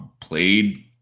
played